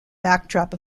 backdrop